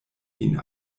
lin